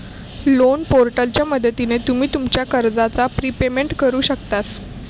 loan पोर्टलच्या मदतीन तुम्ही तुमच्या कर्जाचा प्रिपेमेंट करु शकतास